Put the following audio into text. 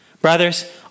Brothers